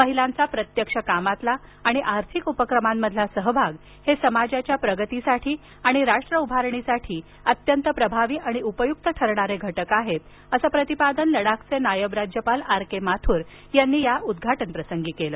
महिलांचा प्रत्यक्ष कामातला आणि आर्थिक उपक्रमांमधला सहभाग हे समाजाच्या प्रगतीसाठी आणि राष्ट्र उभारणीसाठी अत्यंत प्रभावी आणि उपयुक्त घटक आहेत असं प्रतिपादन लडाखचे नायब राज्यपाल आर के माथुर यांनी यावेळी या उद्घाटनप्रसंगी केलं